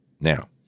Now